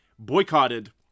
boycotted